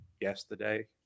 yesterday